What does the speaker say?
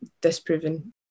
disproven